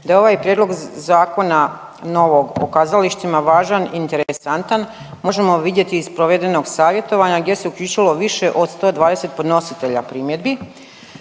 da ovaj Prijedlog zakona novog, o kazalištima važan i interesantan, možemo vidjeti iz provedenog savjetovanja gdje se uključilo više od 120 podnositelja primjedbi.